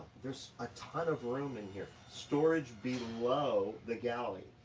there's a ton of room in here, storage below the galley,